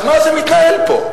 אז מה זה מתנהל פה?